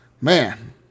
man